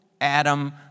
Adam